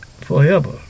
forever